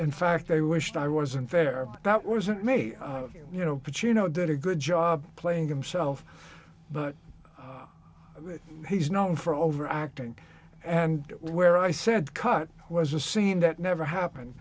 in fact they wished i was unfair but that wasn't me you know but you know did a good job playing himself but he's known for over acting and where i said cut was a scene that never happened